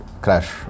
crash